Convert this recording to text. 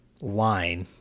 line